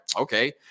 okay